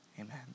amen